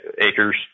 acres